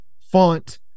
font